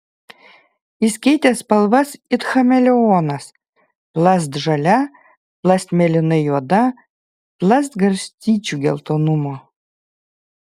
jis keitė spalvas it chameleonas plast žalia plast mėlynai juoda plast garstyčių geltonumo